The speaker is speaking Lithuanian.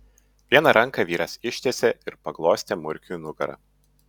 vieną ranką vyras ištiesė ir paglostė murkiui nugarą